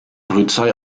polizei